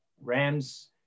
Rams